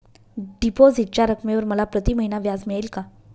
डिपॉझिटच्या रकमेवर मला प्रतिमहिना व्याज मिळेल का?